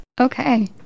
Okay